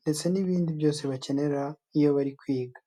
ndetse n'ibindi byose bakenera iyo bari kwiga.